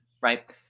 right